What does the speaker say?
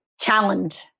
Challenge